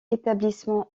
établissements